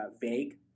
vague